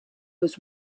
was